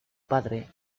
padre